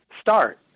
start